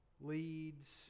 leads